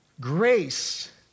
grace